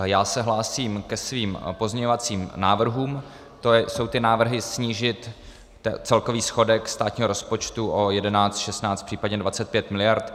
Já se hlásím k svým pozměňovacím návrhům, to jsou ty návrhy snížit celkový schodek státního rozpočtu o 11, 16, případně 25 mld.